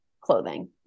clothing